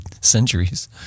centuries